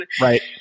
Right